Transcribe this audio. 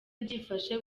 byifashe